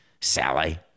Sally